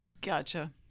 Gotcha